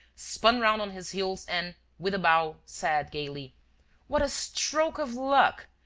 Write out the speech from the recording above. spun round on his heels and, with a bow, said, gaily what a stroke of luck!